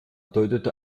deutete